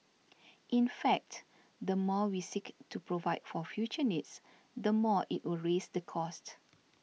in fact the more we seek to provide for future needs the more it will raise the cost